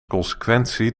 consequentie